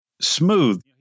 smooth